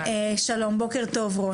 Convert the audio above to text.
שלום, בוקר טוב רוני.